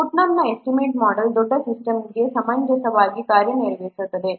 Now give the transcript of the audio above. ಪುಟ್ನಮ್ನ estimate model ದೊಡ್ಡ ಸಿಸ್ಟಮ್ಗೆ ಸಮಂಜಸವಾಗಿ ಕಾರ್ಯನಿರ್ವಹಿಸುತ್ತದೆ